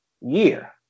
year